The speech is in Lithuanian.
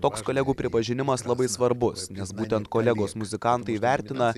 toks kolegų pripažinimas labai svarbus nes būtent kolegos muzikantai vertina